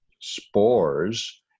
spores